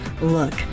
Look